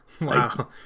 wow